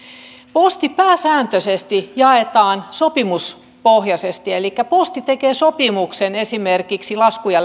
posti pääsääntöisesti jaetaan sopimuspohjaisesti elikkä posti tekee sopimuksen esimerkiksi laskuja